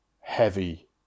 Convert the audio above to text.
heavy